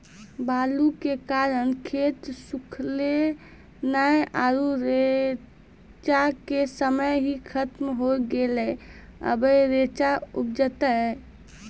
बालू के कारण खेत सुखले नेय आरु रेचा के समय ही खत्म होय गेलै, अबे रेचा उपजते?